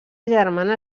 germana